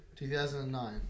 2009